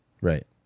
Right